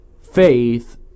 faith